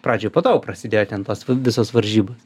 pradžioj po to jau prasidėjo ten tos visos varžybos